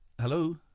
Hello